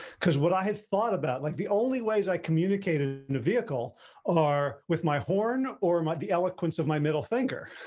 because what i had thought about like the only ways i communicated in a vehicle or with my horn or my the eloquence of my middle finger.